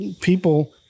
people